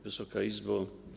Wysoka Izbo!